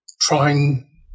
trying